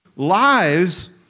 Lives